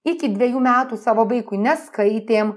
iki dvejų metų savo vaikui neskaitėm